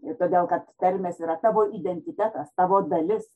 ir todėl kad tarmės yra tavo identitetas tavo dalis